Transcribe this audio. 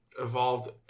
Evolved